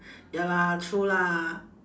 ya lah true lah